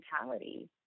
mentality